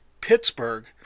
Pittsburgh